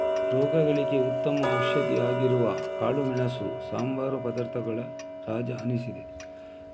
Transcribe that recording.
ರೋಗಗಳಿಗೆ ಉತ್ತಮ ಔಷಧಿ ಆಗಿರುವ ಕಾಳುಮೆಣಸು ಸಂಬಾರ ಪದಾರ್ಥಗಳ ರಾಜ ಅನಿಸಿದೆ